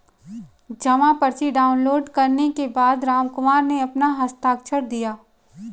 जमा पर्ची डाउनलोड करने के बाद रामकुमार ने अपना हस्ताक्षर किया